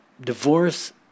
divorce